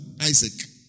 Isaac